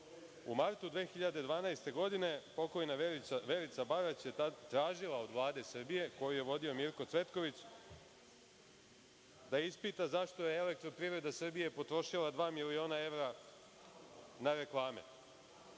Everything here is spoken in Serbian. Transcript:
U martu 2012. godine pokojna Verica Banać je tad tražila od Vlade Srbije, koju je vodio Mirko Cvetković, da ispita zašto je „Elektroprivreda Srbije“ potrošila dva miliona evra na reklame. Dalje,